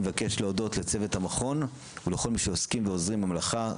אני מבקש להודות לצוות המכון ולכל מי שעוסקים ועוזרים במלאכה.